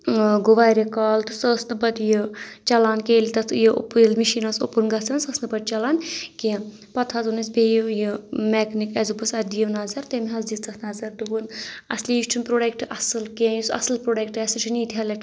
گوٚو واریاہ کال تہٕ سۄ ٲسۍ نہٕ پَتہٕ یہِ چَلان کہِ ییٚلہِ تَتھ یہِ مِشیٖن ٲسۍ اوٚپُن گژھن سۄ ٲسۍ نہٕ پَتہٕ چَلان کینٛہہ پَتہٕ حظ اوٚن اَسہِ بیٚیہِ یہِ میکنِک آسہِ دوٚپُس اَتھ دِیِو نظر تٔمۍ حظ دِژ تَتھ نظر تہٕ ووٚن اَصلی یہِ چھُنہٕ پروڈَکٹہٕ اَصٕل کینٛہہ یُس اَصٕل پرٛوڈَکٹہٕ آسہِ سُہ چھُنہٕ ییٚتہِ لَٹہِ